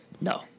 No